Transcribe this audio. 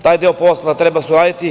Taj deo posla treba uraditi.